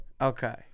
Okay